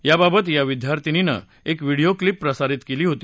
याबाबत या विद्यार्थिनीनं एक व्हिडीओ क्लिप प्रसारित केली होती